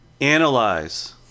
Analyze